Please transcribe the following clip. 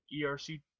erc